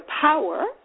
power